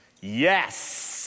yes